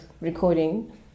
recording